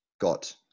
got